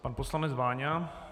Pan poslanec Váňa.